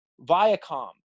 Viacom